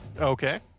Okay